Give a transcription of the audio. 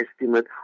estimate